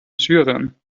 syrien